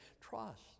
Trust